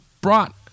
brought